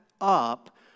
up